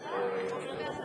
תשנה את עמדתה לגבי הצעת החוק?